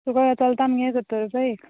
तुका चलता मगे सत्तर रुपया एक